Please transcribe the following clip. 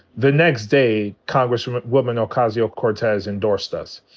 the next day congresswoman ocasio-cortez endorsed us.